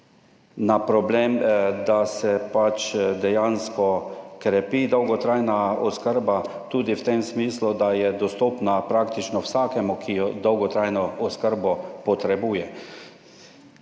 na problem, da se pač dejansko krepi dolgotrajna oskrba tudi v tem smislu, da je dostopna praktično vsakemu, ki jo, dolgotrajno oskrbo, potrebuje.